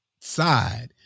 side